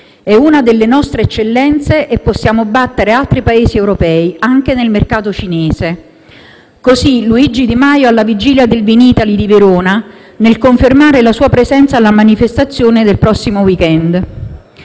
È una delle nostre eccellenze e possiamo battere altri Paesi europei, anche nel mercato cinese»: così Luigi Di Maio alla vigilia del Vinitaly di Verona, nel confermare la sua presenza alla manifestazione del prossimo *weekend*.